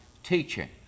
Teaching